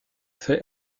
fait